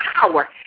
power